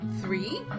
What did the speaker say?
three